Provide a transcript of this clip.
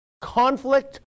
conflict